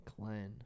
Glenn